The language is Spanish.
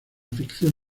ficción